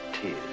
tears